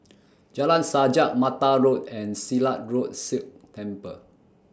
Jalan Sajak Mattar Road and Silat Road Sikh Temple